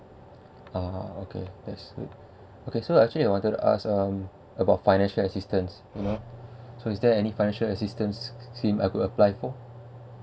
ah okay that's good okay so I actually wanted to ask um about financial assistance you know so is there any financial assistance scheme I could apply for